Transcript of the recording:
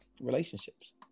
Relationships